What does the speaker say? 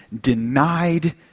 denied